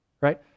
Right